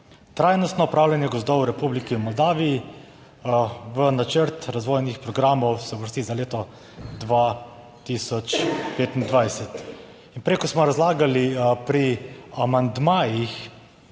Trajnostno upravljanje gozdov v Republiki Moldaviji, v načrt razvojnih programov se uvrsti za leto 2025. In prej, ko smo razlagali pri amandmajih